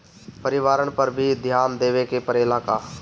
परिवारन पर भी ध्यान देवे के परेला का?